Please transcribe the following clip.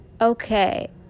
okay